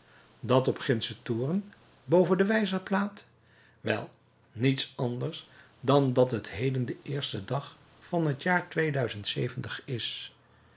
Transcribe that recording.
dat op gindschen toren boven de wijzerplaat wel niets anders dan dat het heden de eerste dag van het jaar is